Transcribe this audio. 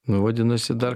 nu vadinasi dar